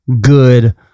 good